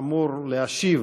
אמור להשיב